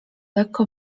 lekko